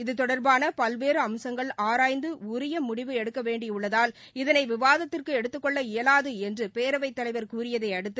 இது தொடர்பான பல்வேறு அம்சங்கள் ஆராய்ந்து உரிய முடிவு எடுக்க வேண்டியுள்ளதால் இதனை விவாதத்துக்கு எடுத்துக்னெள்ள இயாது என்று பேரவைத் தலைவர் கூறியதை அடுத்து